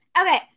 Okay